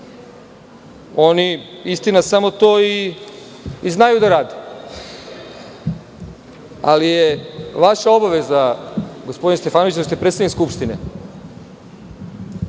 Oni, istina, samo to i znaju da rade, ali je vaša obaveza, gospodine Stefanoviću, dok ste predsednik Skupštine,